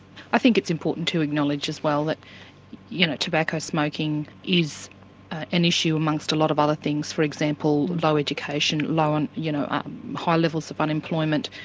i think it's important to acknowledge as well that you know tobacco smoking is an issue amongst a lot of other things for example, low education, and you know high levels of unemployment,